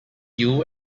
you